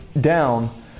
down